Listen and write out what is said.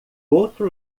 outro